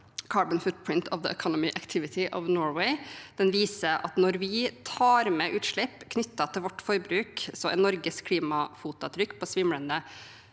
«Carbon Footprint of the Economic Activity of Norway», viser at når vi tar med utslipp knyttet til vårt forbruk, er Norges klimafotavtrykk på svimlende